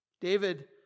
David